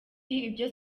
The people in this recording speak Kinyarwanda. ibyo